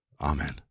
Amen